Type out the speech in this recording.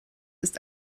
ist